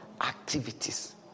activities